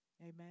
Amen